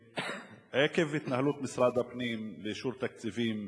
עקב התנהלות משרד הפנים באישור תקציבים